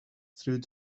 through